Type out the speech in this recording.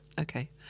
Okay